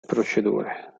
procedure